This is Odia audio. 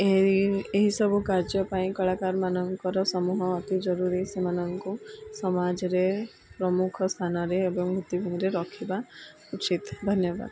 ଏହି ଏହିସବୁ କାର୍ଯ୍ୟ ପାଇଁ କଳାକାରମାନଙ୍କର ସମୂହ ଅତି ଜରୁରୀ ସେମାନଙ୍କୁ ସମାଜରେ ପ୍ରମୁଖ ସ୍ଥାନରେ ଏବଂ ଭିତ୍ତିତିଭୂମରେ ରଖିବା ଉଚିତ୍ ଧନ୍ୟବାଦ